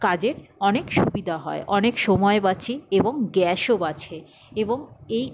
কাজের অনেক সুবিধা হয় অনেক সময় বাঁচে এবং গ্যাসও বাঁচে এবং এই